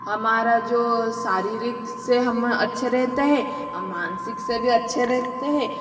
हमारा जो शारीरिक से हम अच्छे रहता है हम मानसिक से भी अच्छे रहते है